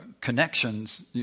connections